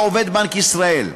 יהיה עובד בנק ישראל.